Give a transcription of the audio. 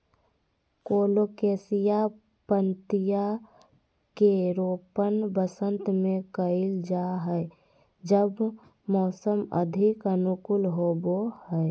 colocasia पत्तियां के रोपण वसंत में कइल जा हइ जब मौसम अधिक अनुकूल होबो हइ